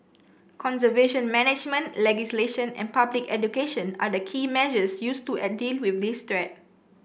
conservation management legislation and public education are the key measures used to a deal with this threat